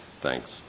thanks